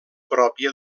pròpia